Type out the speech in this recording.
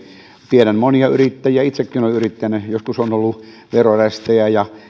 tiedän monia yrittäjiä itsekin olen yrittänyt joskus on ollut verorästejä ja